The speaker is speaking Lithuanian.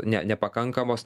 ne nepakankamos